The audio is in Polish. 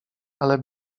ale